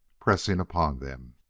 pressing upon them.